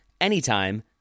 anytime